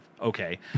Okay